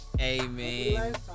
Amen